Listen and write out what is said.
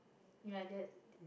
ya they are